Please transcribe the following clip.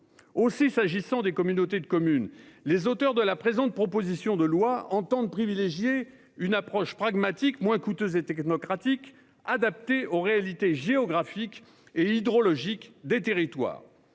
qui concerne les communautés de communes, les auteurs de la présente proposition de loi entendent privilégier une approche pragmatique, moins coûteuse et technocratique, adaptée aux réalités géographiques et hydrologiques des territoires.